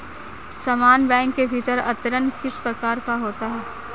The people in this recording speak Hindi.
समान बैंक के भीतर अंतरण किस प्रकार का होता है?